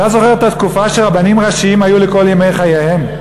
אתה זוכר את התקופה שרבנים ראשיים היו לכל ימי חייהם?